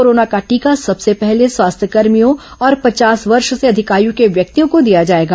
corona का टीका सबसे पहले स्वास्थ्यकर्भियों और पचास वर्ष से अधिक आयु के व्यक्तियों को दिया जाएगा